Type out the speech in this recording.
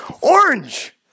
Orange